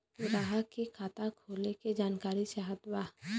ग्राहक के खाता खोले के जानकारी चाहत बा?